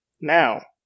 Now